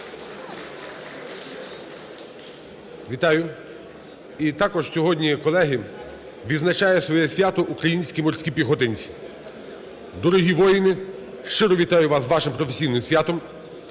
Вітаю. І також сьогодні, колеги, відзначають своє свято українські морські піхотинці. Дорогі воїни, щиро вітаю вас з вашим професійним святом.